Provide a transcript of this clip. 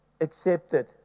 accepted